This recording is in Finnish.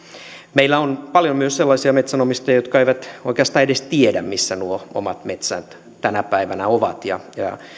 meillä on paljon myös sellaisia metsänomistajia jotka eivät oikeastaan edes tiedä missä nuo omat metsät tänä päivänä ovat ja